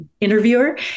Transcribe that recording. interviewer